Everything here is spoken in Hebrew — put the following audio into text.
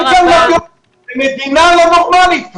המדינה לא נורמלית כבר.